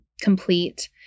complete